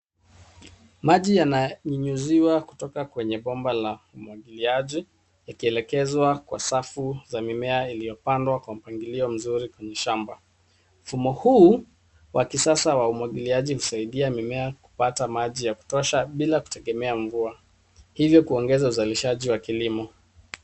Maji yananyunyuziwa kutoka kwenye bomba la umwagiliaji yakielekezwa kwa safu za mimea iliyopandwa kwa mpangilio mzuri kwenye shamba. Mfumo huu wa kisasa wa umwagiliaji husaidia mimea kupata maji ya kutosha bila kutegemea mvua ,hivyo kuongeza uzalishaji wa kilimo.